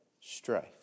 strife